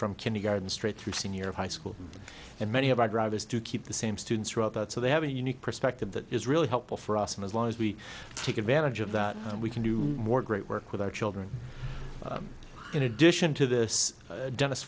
from kindergarten straight through senior high school and many of our drivers do keep the same students throughout that so they have a unique perspective that is really helpful for us and as long as we take advantage of that and we can do more great work with our children in addition to this dennis